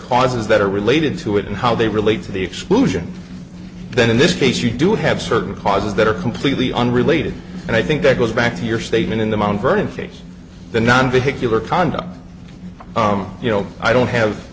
causes that are related to it and how they relate to the exclusion then in this case you do have certain causes that are completely unrelated and i think that goes back to your statement in the mt vernon case the non vehicular condom you know i don't have